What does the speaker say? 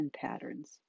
patterns